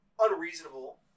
unreasonable